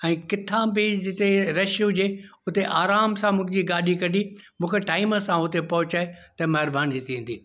ऐं किथा बि जिते रश हुजे उते आराम सां मुंहिंजी गाॾी कढी मूंखे टाइम सां हुते पहुंचाए त महिरबानी थींदी